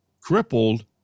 crippled